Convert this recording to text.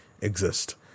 exist